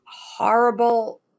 horrible